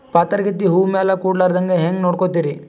ಪಾತರಗಿತ್ತಿ ಹೂ ಮ್ಯಾಲ ಕೂಡಲಾರ್ದಂಗ ಹೇಂಗ ನೋಡಕೋತಿರಿ?